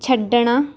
ਛੱਡਣਾ